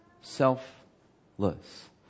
selfless